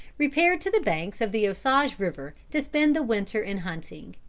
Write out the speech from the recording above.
repaired to the banks of the osage river to spend the winter in hunting.